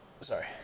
Sorry